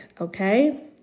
okay